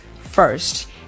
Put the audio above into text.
first